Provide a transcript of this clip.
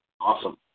awesome